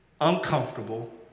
uncomfortable